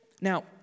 Now